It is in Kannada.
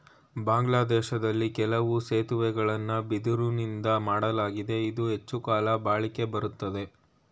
ಬಾಂಗ್ಲಾದೇಶ್ದಲ್ಲಿ ಕೆಲವು ಸೇತುವೆಗಳನ್ನ ಬಿದಿರುನಿಂದಾ ಮಾಡ್ಲಾಗಿದೆ ಇದು ಹೆಚ್ಚುಕಾಲ ಬಾಳಿಕೆ ಬರ್ತದೆ